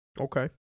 Okay